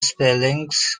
spellings